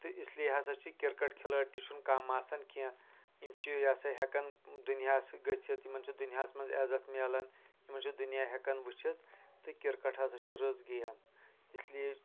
تہٕ اس لیے ہسا چھِ کِرکٹ کھلٲڑۍ تہِ چھنہٕ کم آسان کیٛنٚہہ یم چھِ یسا ہیکان دُنیاس گٔژھتھ یِمَن چھُ دُنیاہس منٛزعزت مِلان یِمن چھُ دُنیا ہیٚکان وُچھتھ تہٕ کِرکٹ ہسا چھِ رٕژ گیم اس لیے